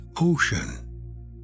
ocean